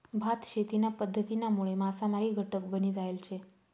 भात शेतीना पध्दतीनामुळे मासामारी घटक बनी जायल शे